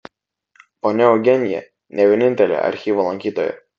ponia eugenija ne vienintelė archyvo lankytoja